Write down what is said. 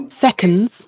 seconds